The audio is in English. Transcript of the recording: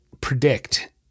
predict